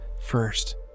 first